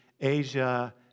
Asia